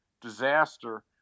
disaster